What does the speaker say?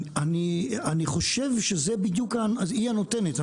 אני חושב שזה בדיוק היא הנותנת.